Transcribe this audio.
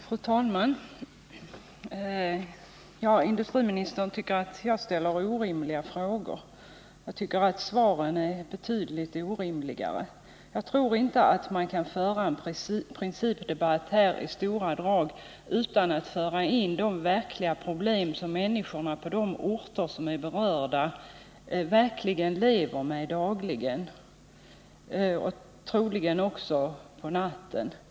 Fru talman! Industriministern tycker att jag ställer orimliga frågor. Jag för min del tycker att svaren är betydligt orimligare. Jag tror inte att man kan föra en principdebatt utan att ta med de verkliga problem som människorna på de berörda orterna lever med dagligen och troligen också på natten.